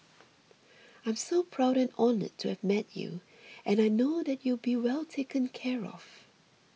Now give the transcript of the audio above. I'm so proud and honoured to have met you and I know that you'll be well taken care of